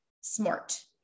smart